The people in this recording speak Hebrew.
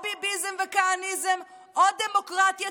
או ביביזם וכהניזם או דמוקרטיה,